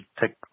take